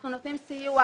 אנחנו נותנים סיוע,